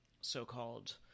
so-called